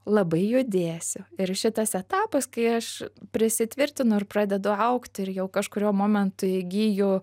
labai judėsiu ir šitas etapas kai aš prisitvirtinu ir pradedu augti ir jau kažkuriuo momentu įgiju